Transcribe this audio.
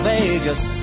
Vegas